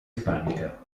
hispánica